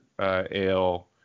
Ale